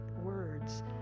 words